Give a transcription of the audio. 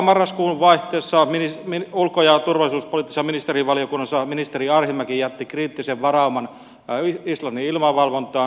lokamarraskuun vaihteessa ulko ja turvallisuuspoliittisessa ministerivaliokunnassa ministeri arhinmäki jätti kriittisen varauman islannin ilmavalvontaan